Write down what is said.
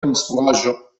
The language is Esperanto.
konstruaĵo